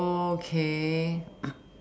okay